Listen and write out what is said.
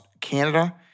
Canada